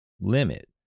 limit